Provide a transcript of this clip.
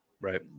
right